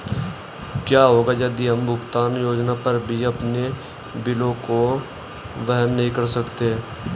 क्या होगा यदि हम भुगतान योजना पर भी अपने बिलों को वहन नहीं कर सकते हैं?